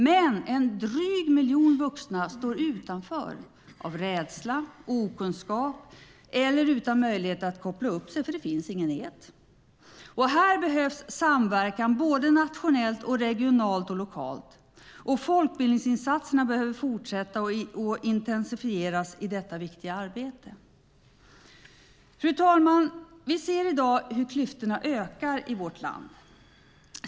Men en dryg miljon vuxna står utanför av rädsla, okunskap eller utan möjlighet att koppla upp sig för att det inte finns något nät. Här behövs samverkan både nationellt, regionalt och lokalt. Folkbildningsinsatserna behöver fortsätta och intensifieras i detta viktiga arbete. Fru talman! Vi ser i dag hur klyftorna ökar i vårt land.